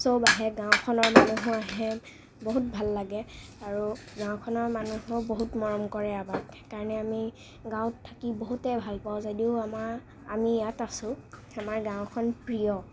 চব আহে গাওঁখনৰ মানুহো আহে বহুত ভাল লাগে আৰু গাওঁখনৰ মানুহেও বহুত মৰম কৰে আমাক সেইকাৰণে আমি গাঁৱত থাকি বহুতেই ভালপাওঁ যদিও আমাৰ আমি ইয়াত আছো আমাৰ গাওঁখন প্ৰিয়